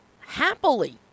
happily